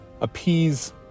appease